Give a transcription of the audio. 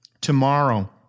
tomorrow